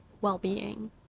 well-being